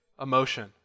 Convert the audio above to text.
emotion